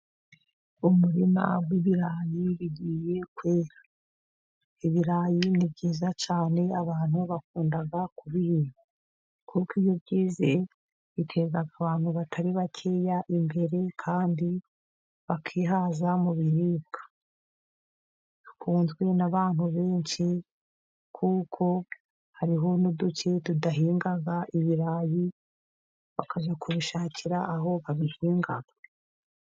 Umurima w'ibirayi bigiye kwera. Ibirayi ni byiza cyane abantu bakunda kubihinga, kuko iyo byeze biteza abantu batari bakeya imbere, kandi bakihaza mu biribwa, bikunzwe n'abantu benshi kuko hariho n'uduce tudahinga ibirayi, bakajya kubishakira aho babihinga.